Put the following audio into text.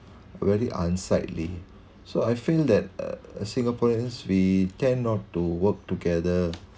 very unsightly so I feel that uh singaporeans we tend not to work together